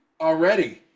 already